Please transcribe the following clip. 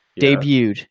debuted